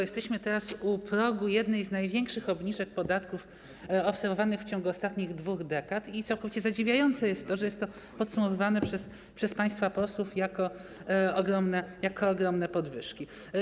Jesteśmy teraz u progu jednej z największych obniżek podatków obserwowanych w ciągu ostatnich dwóch dekad i całkowicie zadziwiające jest to, że jest to podsumowywane przez państwa posłów jako ogromna podwyżka.